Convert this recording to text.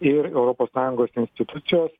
ir europos sąjungos institucijos